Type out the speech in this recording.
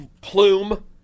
plume